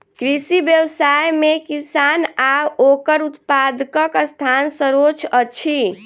कृषि व्यवसाय मे किसान आ ओकर उत्पादकक स्थान सर्वोच्य अछि